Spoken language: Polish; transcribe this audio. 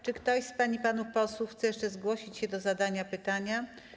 Czy ktoś z pań i panów posłów chce jeszcze zgłosić się do zadania pytania?